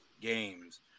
games